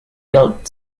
built